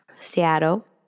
seattle